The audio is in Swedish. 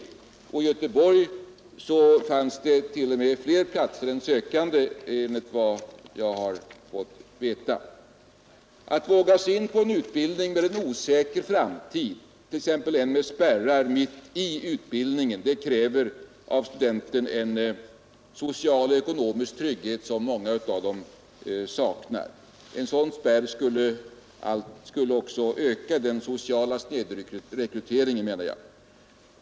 I Göteborg fanns det t.o.m. fler platser än sökande enligt vad jag har fått veta. Att våga sig på en utbildning med en osäker framtid, t.ex. en med spärrar mitt i utbildningen, kräver av de studerande en social och ekonomisk trygghet som många av dem saknar. En sådan spärr skulle också öka den sociala snedrekryteringen, menar jag.